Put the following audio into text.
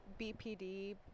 bpd